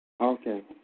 Okay